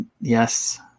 Yes